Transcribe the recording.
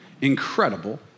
incredible